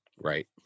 Right